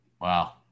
Wow